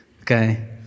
Okay